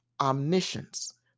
omniscience